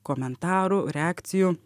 komentarų reakcijų